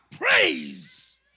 praise